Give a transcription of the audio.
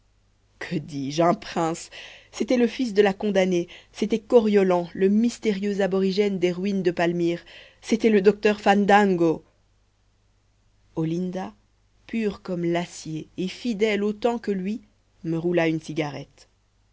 que dis-je un prince c'était le fils de la condamnée c'était coriolan le mystérieux aborigène des ruines de palmyre c'était le docteur fandango olinda pure comme l'acier et fidèle autant que lui me roula une cigarette